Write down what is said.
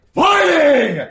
fighting